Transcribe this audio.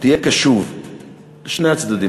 תהיה קשוב לשני הצדדים.